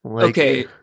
okay